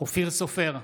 אופיר סופר,